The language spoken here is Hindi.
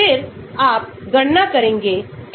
तो आपके पास ऐसा है